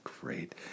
great